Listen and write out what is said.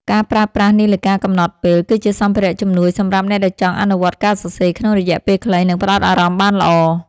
ការប្រើប្រាស់នាឡិកាកំណត់ពេល គឺជាសម្ភារៈជំនួយសម្រាប់អ្នកដែលចង់អនុវត្តការសរសេរក្នុងរយៈពេលខ្លី និងផ្ដោតអារម្មណ៍បានល្អ។